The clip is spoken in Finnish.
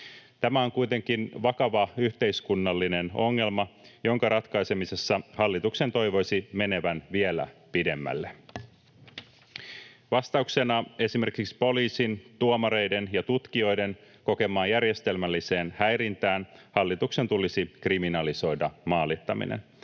Tämä on kuitenkin vakava yhteiskunnallinen ongelma, jonka ratkaisemisessa hallituksen toivoisi menevän vielä pidemmälle. Vastauksena esimerkiksi poliisin, tuomareiden ja tutkijoiden kokemaan järjestelmälliseen häirintään hallituksen tulisi kriminalisoida maalittaminen.